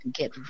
get